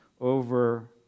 over